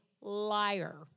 liar